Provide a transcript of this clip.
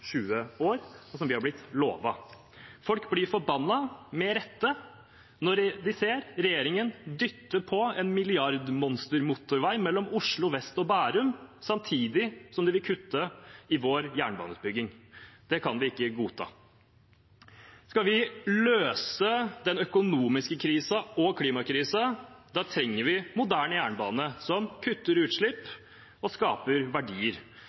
20 år, og som vi har blitt lovet. Folk blir forbannet – med rette – når de ser regjeringen dytte på en milliardmonstermotorvei mellom Oslo vest og Bærum, samtidig som de vil kutte i vår jernbaneutbygging. Det kan vi ikke godta. Skal vi løse den økonomiske krisen og klimakrisen, trenger vi en moderne jernbane som kutter utslipp og skaper verdier.